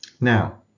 now